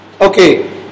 okay